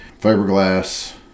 fiberglass